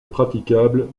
praticable